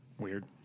weird